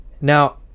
now